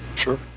Sure